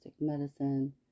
medicine